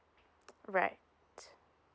right